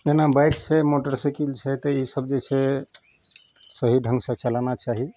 जेना बाइक छै मोटरसाइकिल छै तऽ ईसब जे छै सही ढङ्गसँ चलाना चाही